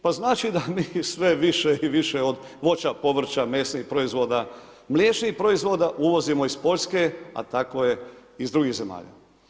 Pa znači da mi sve više i više od voća, povrća, mesnih proizvoda, mliječnih proizvoda uvozimo iz Poljske a tako je i iz drugih zemalja.